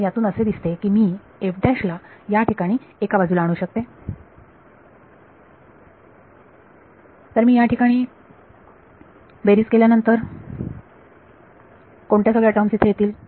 तर यातून असे दिसते की मी ला याठिकाणी एकाबाजूला आणू शकते तर मी या ठिकाणी बेरीज केल्यानंतर कोणत्या सगळ्या टर्म इथे येतील